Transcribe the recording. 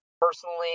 personally